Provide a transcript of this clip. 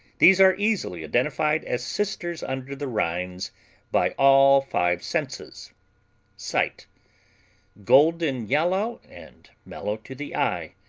these are easily identified as sisters-under-the-rinds by all five senses sight golden yellow and mellow to the eye.